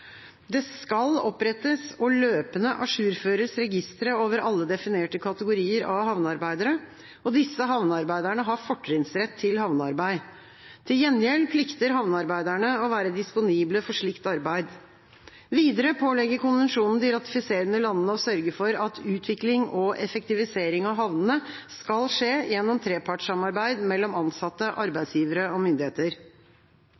Det skal opprettes og løpende ajourføres registre over alle definerte kategorier av havnearbeidere. Disse havnearbeiderne har fortrinnsrett til havnearbeid. Til gjengjeld plikter havnearbeiderne å være disponible for slikt arbeid. Videre pålegger konvensjonen de ratifiserende landene å sørge for at utvikling og effektivisering av havnene skal skje gjennom trepartssamarbeid mellom ansatte,